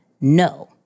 no